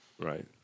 right